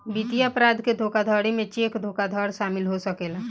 वित्तीय अपराध के धोखाधड़ी में चेक धोखाधड़ शामिल हो सकेला